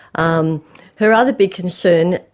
um her other big concern,